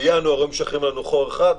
בינואר היו משחררים לנו חור אחד,